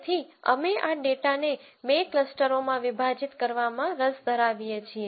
તેથી અમે આ ડેટાને બે ક્લસ્ટરોમાં વિભાજિત કરવામાં રસ ધરાવીએ છીએ